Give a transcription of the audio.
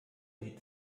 sieht